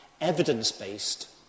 evidence-based